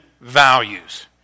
values